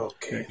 Okay